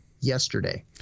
yesterday